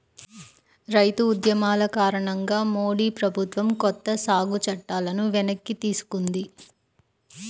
రైతు ఉద్యమాల కారణంగా మోడీ ప్రభుత్వం కొత్త సాగు చట్టాలను వెనక్కి తీసుకుంది